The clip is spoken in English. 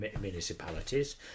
municipalities